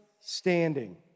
standing